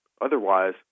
Otherwise